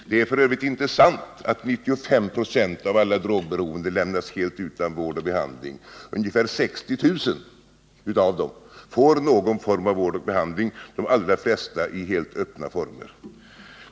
Det är f. ö. inte sant att 95 926 av alla drogberoende lämnas utan vård och behandling. Ungefär 60 000 av dem får någon form av vård och behandling, de allra flesta i helt öppna former.